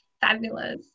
fabulous